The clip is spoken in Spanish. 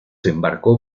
embarcó